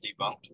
debunked